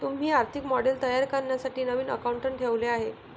आम्ही आर्थिक मॉडेल तयार करण्यासाठी नवीन अकाउंटंट ठेवले आहे